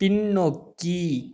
பின்னோக்கி